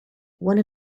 one